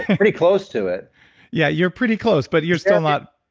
ah pretty close to it yeah. you're pretty close, but you're still not.